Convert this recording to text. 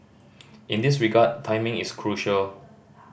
in this regard timing is crucial